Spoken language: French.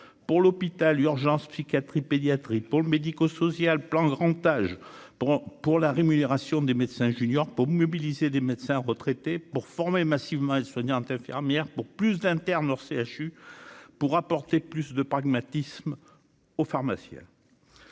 pour l'hôpital urgences psychiatriques pédiatriques pour le médico-social, le plan grand âge pour pour la rémunération des médecins Junior pour mobiliser des médecins retraités pour former massivement aides-soignantes, infirmières, pour plus d'terme au CHU pour apporter plus de pragmatisme au pharmacien.